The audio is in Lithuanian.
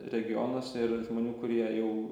regionuose ir žmonių kurie jau